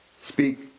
speak